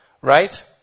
right